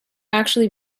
actually